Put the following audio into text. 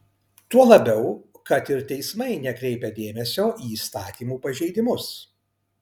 tuo labiau kad ir teismai nekreipia dėmesio į įstatymų pažeidimus